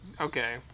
okay